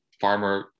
farmer